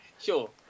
sure